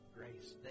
grace